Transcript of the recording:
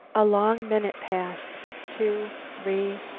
a long minute passed two three.